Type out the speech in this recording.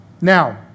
Now